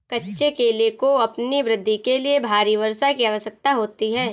कच्चे केले को अपनी वृद्धि के लिए भारी वर्षा की आवश्यकता होती है